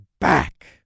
Back